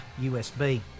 USB